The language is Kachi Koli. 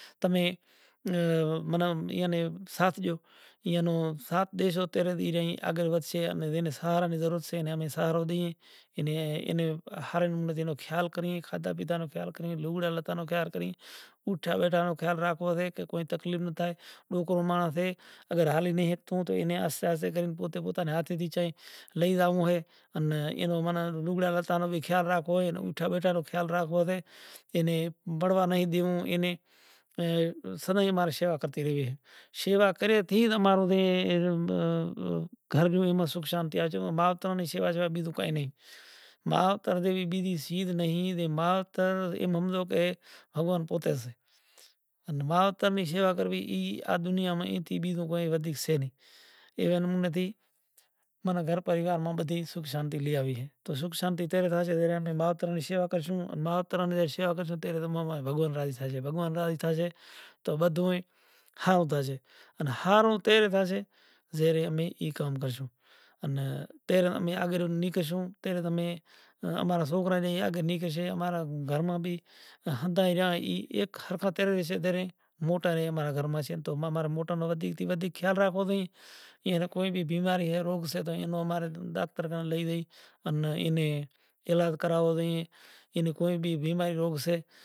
وڑی ای بھی پرتھوی سمادھی کہیشے جل شمادھی کہیسے ای جل سمادھی نیں وڑی ختم کریدے وڑی آوی گیو دوئاپور جگ تو دئاپور جگ ماں پسے وڑی مہاتما جن ویچار کرے وڑے ایئوںقائدا قانون باندھیو، قائدا قانون ای باندھیو کہ بھائی ہوے امیں پرتھوی سمادھی آلوں، زا رے پرتھوی سمادھی انے جیو نے آلی جائے پسے ای کاریو شروع کریو پسے پرتھوی سامدھی آلی، پرتھوی سمادھی آلے پسے وڑے مہاتما جن ویچار کریو آوی گیو کلجگ تو کلجگ ماں مہاتما ویچار کریو کہ بھائی آنے پرتھوی میں بھی جیت جناور سے آنیں پرتھوی سمادھی بھی ناں لو ہوے اگنی کانٹا لو، تو پسے اینے اگنی کاٹا لے زائیسے ای کلجگ ماں زارے روہیڈاس ناں پوہتے معلوم تھے زائیسے آلے شماشان ماں زائیسے تو راجا ہریچند نو کام ہوئیسے کی ای مانڑاں جیتلاں بھی آویں سے اینے نے ہڑگاوشے انے اینیں دکھشنا مانگے سے زے بھی دھکشنا قاعدے قانون بنڑل سے اینے انوسار ایئے نے آلوانیں ضرورت ہوئسے زارے تاراڈیو پوتاں ناں ڈیکراں ناں لئی مسانڑاں ماں زائیسے تو کہیسے ہوے آ نے